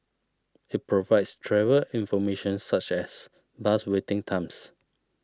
it provides travel information such as bus waiting times